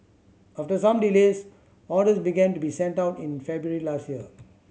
after some delays orders began to be sent out in February last year